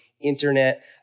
internet